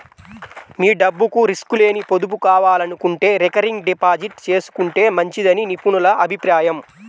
మీ డబ్బుకు రిస్క్ లేని పొదుపు కావాలనుకుంటే రికరింగ్ డిపాజిట్ చేసుకుంటే మంచిదని నిపుణుల అభిప్రాయం